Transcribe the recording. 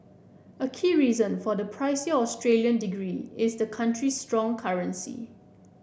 a key reason for the pricier Australian degree is the country's strong currency